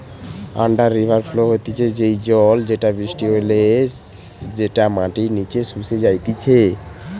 under river flow হতিছে সেই জল যেটা বৃষ্টি হলে যেটা মাটির নিচে শুষে যাইতিছে